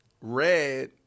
red